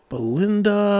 Belinda